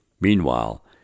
Meanwhile